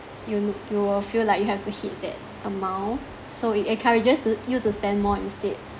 you w~ you will feel like you have to hit that amount so it encourages to you to spend more instead